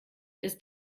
ist